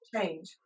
change